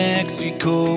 Mexico